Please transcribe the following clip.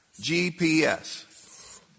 GPS